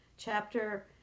chapter